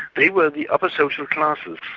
they were the upper social classes.